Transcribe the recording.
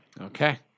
Okay